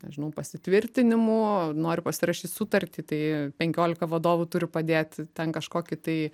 nežinau pasitvirtinimų noriu pasirašyt sutartį tai penkiolika vadovų turi padėti ten kažkokį tai